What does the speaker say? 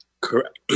Correct